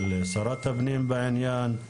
של שרת הפנים בעניין,